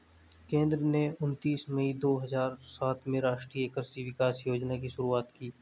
केंद्र ने उनतीस मई दो हजार सात में राष्ट्रीय कृषि विकास योजना की शुरूआत की